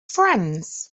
friends